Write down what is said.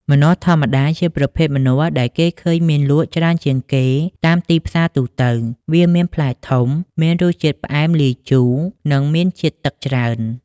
ម្នាស់ធម្មតា ជាប្រភេទម្នាស់ដែលគេឃើញមានលក់ច្រើនជាងគេតាមទីផ្សារទូទៅ។ វាមានផ្លែធំ មានរសជាតិផ្អែមលាយជូរ និងមានជាតិទឹកច្រើន។